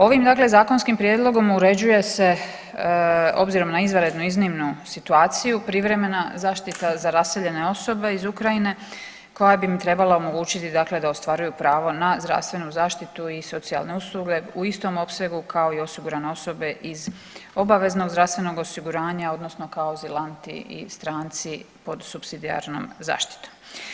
Ovim dakle zakonskom prijedlogom uređuje se obzirom na izvanredno iznimnu situaciju privremena zaštita za raseljene osobe iz Ukrajine koja bi im trebala omogućiti dakle da ostvaruju pravo na zdravstvenu zaštitu i socijalne usluge u istom opsegu kao i osigurane osobe iz obaveznog zdravstvenog osiguranja odnosno kao azilanti i stranci pod supsidijarnom zaštitom.